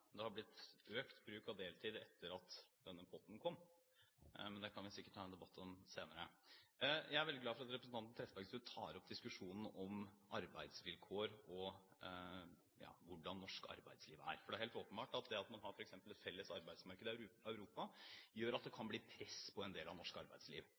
det er blitt økt bruk av deltid etter at denne potten kom, men det kan vi sikkert ta en debatt om senere. Jeg er veldig glad for at representanten Trettebergstuen tar opp diskusjonen om arbeidsvilkår og hvordan norsk arbeidsliv er. Det er helt åpenbart at det at man f.eks. har et felles arbeidsmarked i Europa, gjør at det kan bli press på en del av norsk arbeidsliv.